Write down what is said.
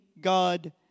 God